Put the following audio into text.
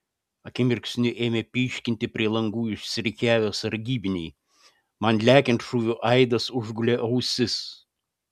akimirksniu ėmė pyškinti prie langų išsirikiavę sargybiniai man lekiant šūvių aidas užgulė ausis